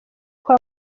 kwa